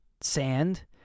sand